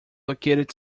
located